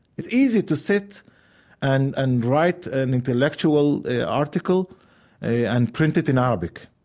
it's easy to sit and and write an intellectual article and print it in arabic.